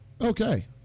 Okay